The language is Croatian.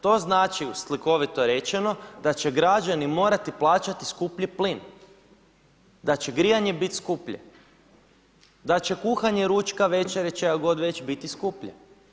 To znači slikovito rečeno da će građani morati plaćati skuplji plin, da će grijanje biti skuplje, da će kuhanje ručka, večere, čaga god već biti skuplje.